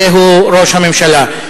הרי הוא ראש הממשלה.